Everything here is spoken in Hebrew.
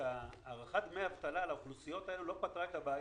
בחשבון שהארכת דמי האבטלה לאוכלוסיות האלו לא פתרה את הבעיה,